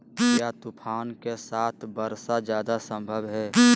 क्या तूफ़ान के साथ वर्षा जायदा संभव है?